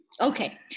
Okay